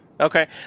Okay